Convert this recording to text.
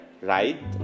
right